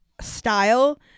style